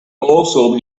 also